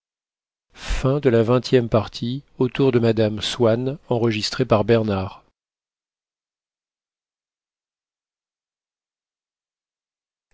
côté de mme swann